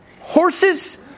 horses